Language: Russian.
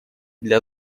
для